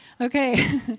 Okay